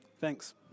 Thanks